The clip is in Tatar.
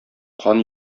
кан